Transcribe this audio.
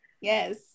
Yes